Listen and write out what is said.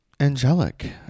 angelic